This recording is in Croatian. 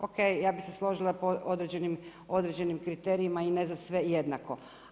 OK ja bih se složila po određenim kriterijima i ne za sve jednako.